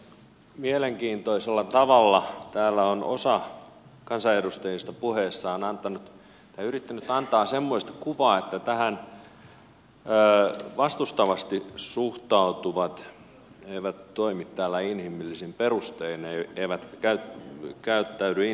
mielenkiintoisella tavalla täällä on osa kansanedustajista puheissaan antanut tai yrittänyt antaa semmoista kuvaa että tähän vastustavasti suhtautuvat eivät toimi täällä inhimillisin perustein eivätkä käyttäydy inhimillisesti